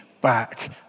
back